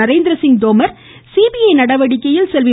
Narendra Singh Tomar CBI நடவடிக்கையில் செல்வி